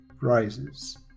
rises